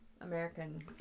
american